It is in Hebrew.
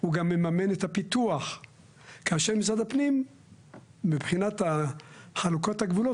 הוא גם מממן את הפיתוח כאשר משרד הפנים מבחינת חלוקת הגבולות,